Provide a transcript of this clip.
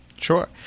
Sure